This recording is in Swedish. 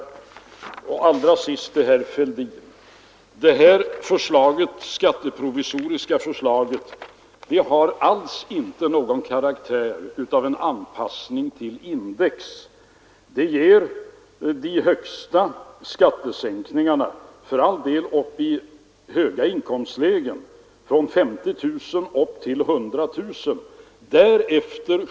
Allra sist till herr Fälldin: Det provisoriska skatteförslaget har alls inte någon karaktär av anpassning till index. Det ger för all del de största skattesänkningarna i höga inkomstlägen, från 50 000 upp till 100 000 kronor.